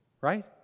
Right